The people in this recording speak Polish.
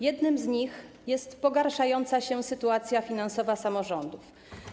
Jednym z nich jest pogarszająca się sytuacja finansowa samorządów.